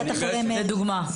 לדוגמה.